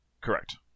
Correct